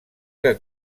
que